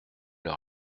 leur